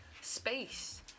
space